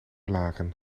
laken